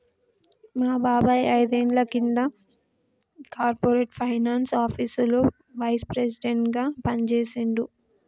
మా బాబాయ్ ఐదేండ్ల కింద కార్పొరేట్ ఫైనాన్స్ ఆపీసులో వైస్ ప్రెసిడెంట్గా పనిజేశిండు